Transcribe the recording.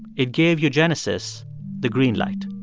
it gave eugenicists the green light.